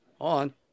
on